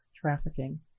trafficking